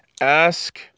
ask